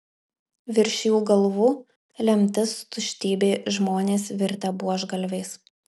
virš jų galvų lemtis tuštybė žmonės virtę buožgalviais